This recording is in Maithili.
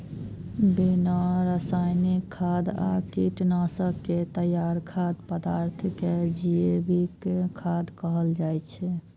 बिना रासायनिक खाद आ कीटनाशक के तैयार खाद्य पदार्थ कें जैविक खाद्य कहल जाइ छै